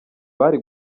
bari